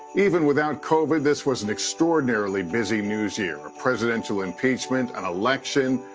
even without covid, this was an extraordinarily busy news year, presidential impeachment, and election,